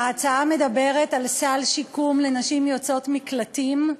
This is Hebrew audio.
ההצעה מדברת על סל שיקום לנשים יוצאות מקלטים,